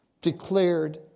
declared